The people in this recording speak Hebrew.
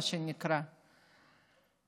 מה שנקרא,